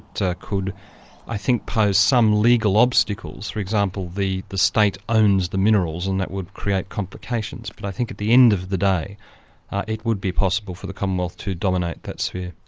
could i think pose some legal obstacles for example, the the state owns the minerals and that would create complications. but i think at the end of the day it would be possible for the commonwealth to dominate that sphere.